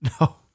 No